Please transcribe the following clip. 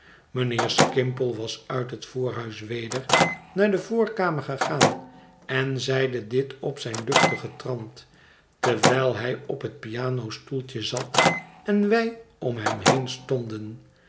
mijnheer skimpole was uit het voorhuis weder naar de voorkamer gegaan en zeide dit op zijn luchtigen trant terwijl hij op het pianostoeltje zat en wij om hem heen stonden